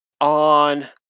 on